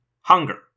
Hunger